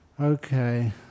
okay